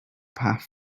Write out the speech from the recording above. path